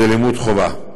זה לימוד חובה.